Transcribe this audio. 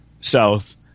south